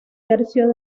tercio